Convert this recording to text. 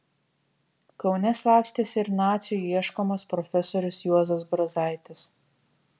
kaune slapstėsi ir nacių ieškomas profesorius juozas brazaitis